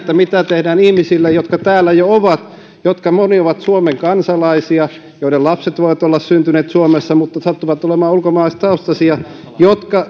mitä tehdään esimerkiksi ihmisille jotka täällä jo ovat joista monet ovat suomen kansalaisia joiden lapset voivat olla syntyneet suomessa mutta jotka sattuvat olemaan ulkomaalaistaustaisia